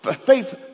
Faith